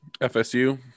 FSU